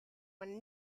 when